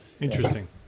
Interesting